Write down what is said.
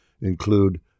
include